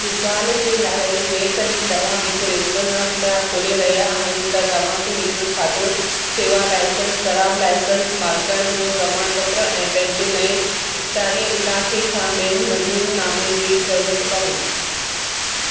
मिसाल जे लाइ जेकड॒हिं तव्हां हिकु रेस्तरां खोले रहिया आहिनि त तव्हांखे हिकु खाधो सेवा लाइसेंस शराबु लाइसेंस मालिकाणे जो प्रमाण पत्र ऐं पंहिंजे नअें इख़्तियारी इलाइक़े खां बि॒यनि मंज़ूरनामनि जी ज़रुरत पवंदी